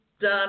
done